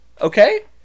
Okay